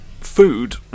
food